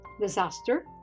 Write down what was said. disaster